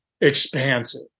expansive